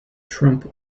trump